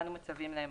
אנו מצווים לאמור: